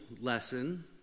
lesson